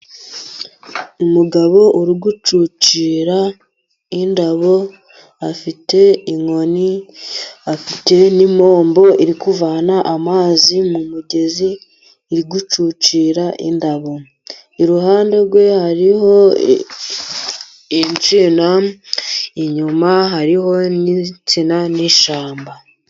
Umugabo uri gucucira indabo afite inkoni, afite n' ipombo iri kuvana amazi mu mugezi. Iri gucucira indabo iruhande rwe hariho insina, inyuma hariho n' insina n' ishyamba.